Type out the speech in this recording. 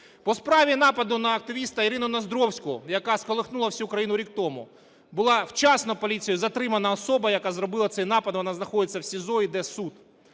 По справі нападу на активіста ІринуНоздровську, яка сколихнула всю країну рік тому, була вчасно поліцією затримана особа, яка зробила цей напад, вона знаходиться в СІЗО, іде суд.